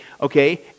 okay